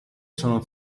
sono